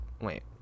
wait